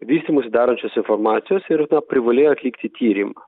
vystymuisi darančios informacijos ir na privalėjo atlikti tyrimą